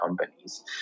companies